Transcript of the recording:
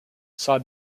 saw